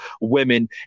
women